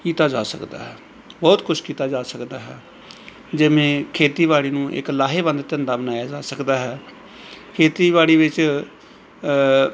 ਕੀਤਾ ਜਾ ਸਕਦਾ ਹੈ ਬਹੁਤ ਕੁਝ ਕੀਤਾ ਜਾ ਸਕਦਾ ਹੈ ਜਿਵੇਂ ਖੇਤੀਬਾੜੀ ਨੂੰ ਇੱਕ ਲਾਹੇਵੰਦ ਧੰਦਾ ਬਣਾਇਆ ਜਾ ਸਕਦਾ ਹੈ ਖੇਤੀਬਾੜੀ ਵਿੱਚ